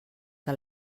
que